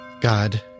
God